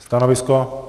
Stanovisko?